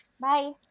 Bye